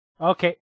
Okay